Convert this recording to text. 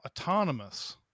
autonomous